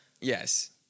Yes